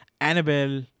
annabelle